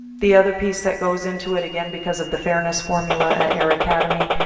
the other piece that goes into it, again because of the fairness formula at air academy,